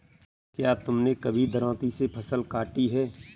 क्या तुमने कभी दरांती से फसल काटी है?